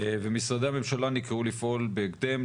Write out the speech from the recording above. ומשרדי הממשלה נקראו לפעול בהקדם,